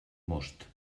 most